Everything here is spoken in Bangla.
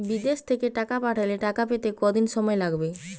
বিদেশ থেকে টাকা পাঠালে টাকা পেতে কদিন সময় লাগবে?